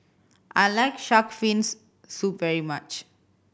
I like shark fins soup very much